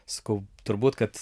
sakau turbūt kad